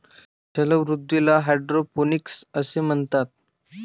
जलवृद्धीला हायड्रोपोनिक्स असे म्हणतात